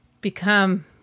become